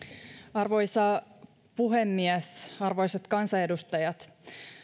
arvoisa puhemies arvoisat kansanedustajat